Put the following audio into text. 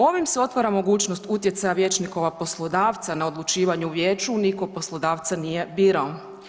Ovim se otvara mogućnost utjecaja vijećnikovog poslodavca na odlučivanju u vijeću, niko poslodavca nije birao.